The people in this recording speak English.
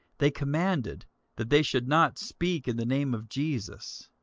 they commanded that they should not speak in the name of jesus,